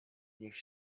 niech